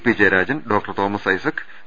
P Jayarajan doctor Thomas Isaac V